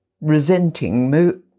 resenting